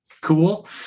cool